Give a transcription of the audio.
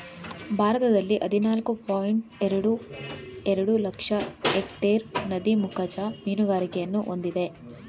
ಭಾರತದಲ್ಲಿ ಹದಿನಾಲ್ಕು ಪಾಯಿಂಟ್ ಎರಡು ಎರಡು ಲಕ್ಷ ಎಕ್ಟೇರ್ ನದಿ ಮುಖಜ ಮೀನುಗಾರಿಕೆಯನ್ನು ಹೊಂದಿದೆ